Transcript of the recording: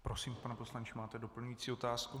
Prosím, pane poslanče, máte doplňující otázku?